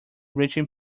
reaching